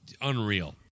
Unreal